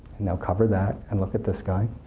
now cover that and look at this guy.